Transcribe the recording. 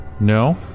No